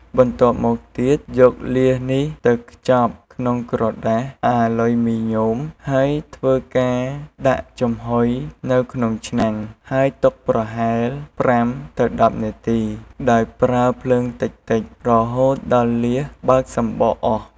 បន្ទាប់មកទៀតយកលៀសនេះទៅខ្ជប់ក្នុងក្រដាសអាលុយមីញ៉ូម ហើយធ្វើការដាក់ចំហុយនៅក្នុងឆ្នាំង ហើយទុកប្រហែល ៥ ទៅ ១០ នាទី ដោយប្រើភ្លើងតិចៗ រហូតដល់លៀសបើកសំបកអស់។